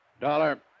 Dollar